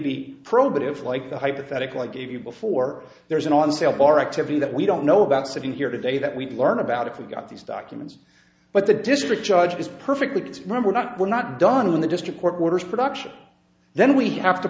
be probative like the hypothetical i gave you before there is an on sale or activity that we don't know about sitting here today that we could learn about if we got these documents but the district judge is perfectly gets remembered not we're not done when the district court orders production then we have to